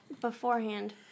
beforehand